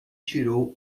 tirou